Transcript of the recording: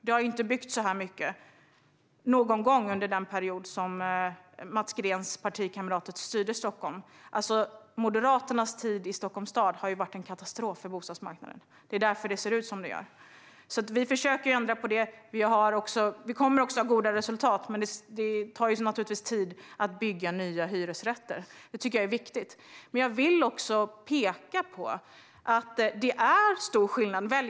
Det har inte byggts så här mycket någonsin under den period som Mats Greens partikamrater styrde Stockholm. Moderaternas tid i Stockholms stad har varit en katastrof för bostadsmarknaden. Det är därför det ser ut som det gör. Vi försöker ändra på detta. Vi kommer också att nå goda resultat, men det tar naturligtvis tid att bygga nya hyresrätter. Det är viktigt. Jag vill också peka på att det är stora skillnader mellan oss.